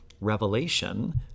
revelation